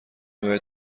باید